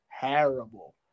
terrible